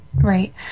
Right